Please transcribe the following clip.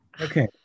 okay